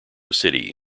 city